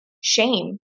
shame